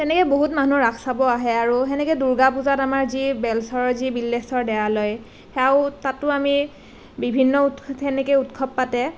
তেনেকৈ বহুত মানুহে ৰাস চাব আহে আৰু সেনেকৈ দূৰ্গা পূজাত আমাৰ যি বেলচৰৰ যি বিল্বেশ্বৰ দেৱালয় সেয়াও তাতো আমি বিভিন্ন তেনেকৈ উৎসৱ পাতে